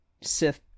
Sith